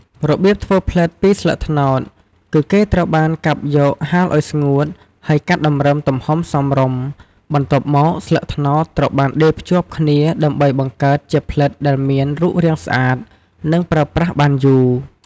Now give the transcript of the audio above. របៀបធ្វើផ្លិតពីស្លឹកត្នោត គឺគេត្រូវបានកាប់យក ហាលឲ្យស្ងួត ហើយកាត់តម្រឹមទំហំសមរម្យ បន្ទាប់មកស្លឹកត្នោតត្រូវបានដេរភ្ជាប់គ្នាដើម្បីបង្កើតជាផ្លិតដែលមាន រូបរាងស្អាត និងប្រើប្រាស់បានយូរ។